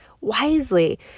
wisely